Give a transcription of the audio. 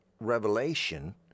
revelation